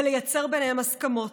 ולייצר ביניהם הסכמות,